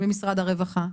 ומשרד הרווחה.